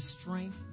strength